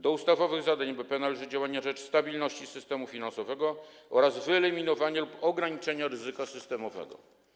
Do ustawowych zadań NBP należy działanie na rzecz stabilności systemu finansowego oraz wyeliminowanie lub ograniczenie ryzyka systemowego.